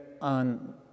on